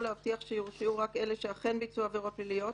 להבטיח שיורשעו רק אלה שאכן ביצעו עבירות פליליות,